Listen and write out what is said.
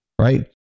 right